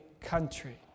country